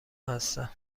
هستم